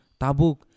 tabuk